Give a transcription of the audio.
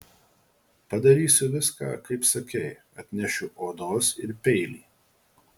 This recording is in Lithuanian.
padarysiu viską kaip sakei atnešiu odos ir peilį